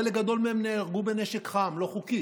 חלק גדול מהם נהרגו בנשק חם לא חוקי.